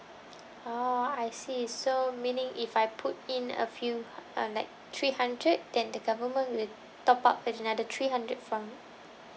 oh I see is so meaning if I put in a few uh like three hundred then the government will top up another three hundred from